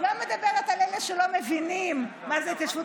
לא מדברת על אלה שלא מבינים מה זה ההתיישבות